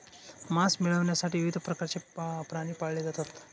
मांस मिळविण्यासाठी विविध प्रकारचे प्राणी पाळले जातात